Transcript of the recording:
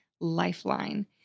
lifeline